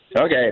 Okay